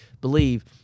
believe